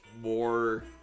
more